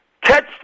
catch